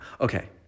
Okay